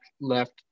left